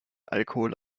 alkohol